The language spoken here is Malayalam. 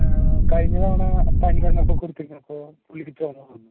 കഴിഞ്ഞ തവണ പനി വന്നപ്പോൾ കൊടുത്തിരുന്നു അപ്പോൾ പുള്ളിക്ക് ചുമ വന്നു